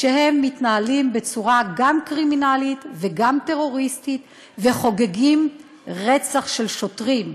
כשהם מתנהלים בצורה גם קרימינלית וגם טרוריסטית וחוגגים רצח של שוטרים.